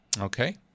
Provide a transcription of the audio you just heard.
Okay